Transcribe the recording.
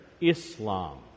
Islam